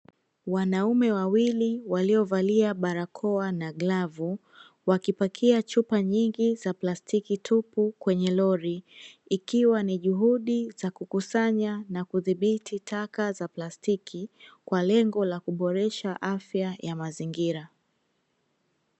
Wanaume wawili waliovalia barakoa na glavu, wakipakia chupa nyingi za plastiki tupu kwenye lori, ikiwa ni juhudi za kukusanya na kudhibiti taka za plastiki, kwa lengo la kuboresha afya ya mazingira.